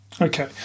Okay